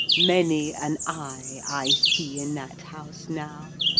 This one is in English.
many an eye i see in that house now,